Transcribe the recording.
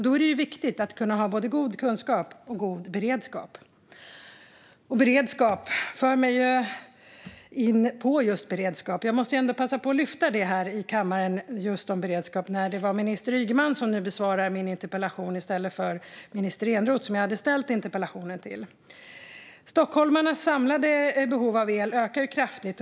Då är det viktigt att ha både god kunskap och god beredskap. Detta för mig in på just beredskap. Jag måste passa på att ta upp frågan om beredskap här i kammaren när det nu blev minister Ygeman som besvarade min interpellation i stället för minister Eneroth, som jag hade ställt interpellationen till. Stockholmarnas samlade behov av el ökar kraftigt.